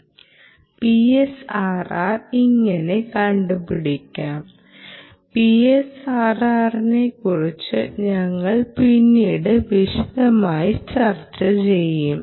PSRR ഇങ്ങനെ കണ്ടുപിടിക്കാം PSRRറിനെക്കുറിച്ച് ഞങ്ങൾ പിന്നീട് വിശദമായി ചർച്ച ചെയ്യും